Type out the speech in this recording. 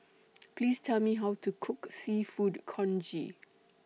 Please Tell Me How to Cook Seafood Congee